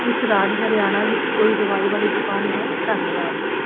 ਇਸ ਰਾਜ ਹਰਿਆਣਾ ਵਿੱਚ ਕੋਈ ਦਵਾਈ ਵਾਲੀ ਦੁਕਾਨ ਹੈ ਧੰਨਵਾਦ